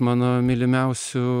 mano mylimiausių